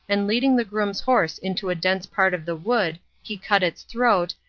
and leading the groom's horse into a dense part of the wood he cut its throat,